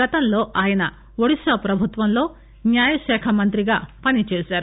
గతంలో ఆయన ఒడిషా ప్రభుత్వంలో న్యాయశాఖ మంత్రిగా పనిచేశారు